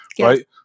right